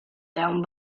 down